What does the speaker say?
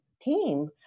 team